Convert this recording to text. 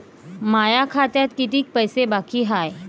माया खात्यात कितीक पैसे बाकी हाय?